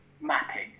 mapping